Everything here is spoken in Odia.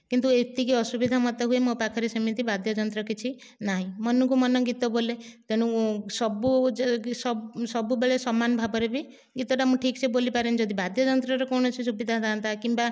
କିନ୍ତୁ ଏତିକି ଅସୁବିଧା ମୋତେ ହୁଏ ମୋ ପାଖରେ ସେମିତି ବାଦ୍ୟ ଯନ୍ତ୍ର ନାହିଁ ମନକୁ ମନ ଗୀତ ବୋଲେ ତେଣୁ ସବୁ ସବୁବେଳେ ସମାନ ଭାବରେ ବି ଗୀତଟା ମୁଁ ଠିକ୍ସେ ବୋଲି ପାରେନି ଯଦି ବାଦ୍ୟ ଯନ୍ତ୍ରରେ କୌଣସି ସୁବିଧା ଥାନ୍ତା କିମ୍ବା